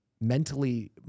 mentally